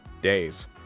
days